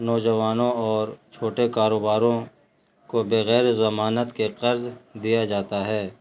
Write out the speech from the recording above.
نوجوانوں اور چھوٹے کاروباروں کو بغیر ضمانت کے قرض دیا جاتا ہے